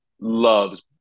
loves